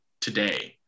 today